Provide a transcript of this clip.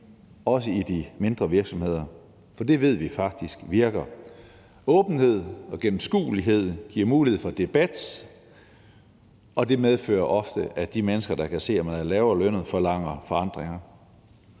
også i de mindre virksomheder, for det ved vi faktisk virker. Åbenhed og gennemskuelighed giver mulighed for debat, og det medfører ofte, at de mennesker, der kan se, at de er lavere lønnet, forlanger forandringer.